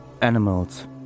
animals